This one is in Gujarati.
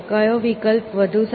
કયો વિકલ્પ વધુ સારો છે